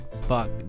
fuck